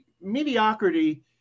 mediocrity